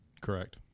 correct